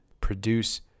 produce